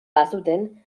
bazuten